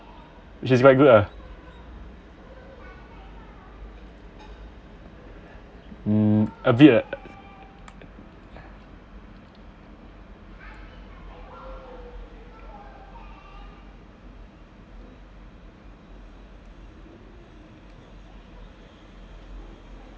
which is quite good ah hmm a bit ah